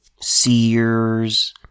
Sears